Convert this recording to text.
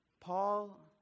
Paul